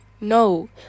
no